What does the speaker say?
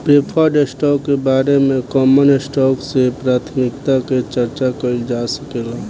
preferred stock के बारे में कॉमन स्टॉक से प्राथमिकता के चार्चा कईल जा सकेला